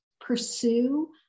pursue